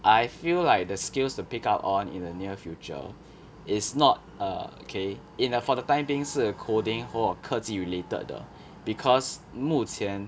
I feel like the skills to pick up on in the near future is not err okay in for the time being 是 coding 或科技 related 的 because 目前